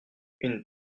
une